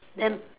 then